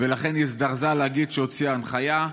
ולכן היא הזדרזה להגיד שהוציאה הנחיה.